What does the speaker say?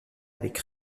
avec